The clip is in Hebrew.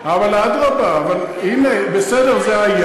אבל אדרבה, הנה, בסדר, זה היה